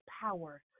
power